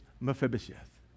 Mephibosheth